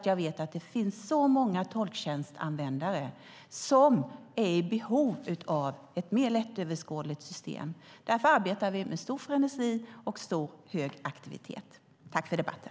Jag vet att det finns så många tolktjänstanvändare som är i behov av ett mer lättöverskådligt system. Därför arbetar vi med stor frenesi och hög aktivitet. Tack för debatten!